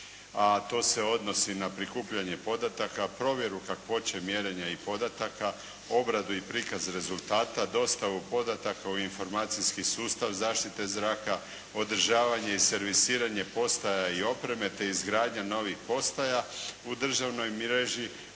a to se odnosi na prikupljanje podataka, provjeru kakvoće mjerenja i podataka, obradu i prikaz rezultata, dostavu podataka u informacijski sustav zaštite zraka, održavanje i servisiranje postaja i opreme te izgradnja novih postaja u državnoj mreži,